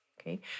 okay